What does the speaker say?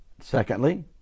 Secondly